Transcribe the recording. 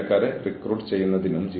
കൂടാതെ ഒരു ഡിസ്ചാർജ് ഉണ്ട്